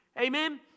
Amen